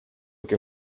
que